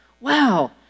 Wow